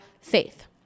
faith